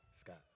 Scott